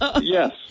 yes